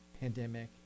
pandemic